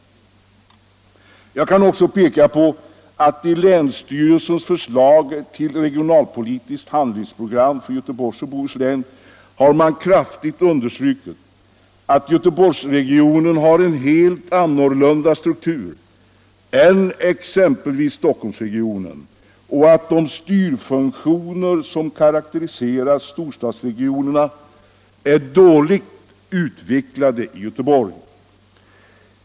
I länsstyrelsens förslag till regionalpolitiskt handlingsprogram för Göteborgs och Bohus län har man kraftigt understrukit att Göteborgsregionen har en helt annorlunda struktur än exempelvis Stockholmsregionen och att de styrfunktioner som karakteriserar storstadsregionerna är dåligt utvecklade i Göteborg.